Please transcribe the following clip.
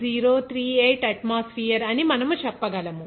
0038 atmosphere అని మనము చెప్పగలం